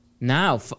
Now